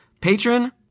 patron